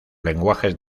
lenguajes